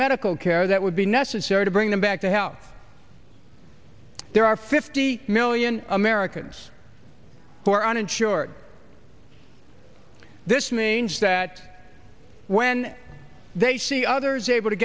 medical care that would be necessary to bring them back to health there are fifty million americans who are uninsured this means that when they see others able to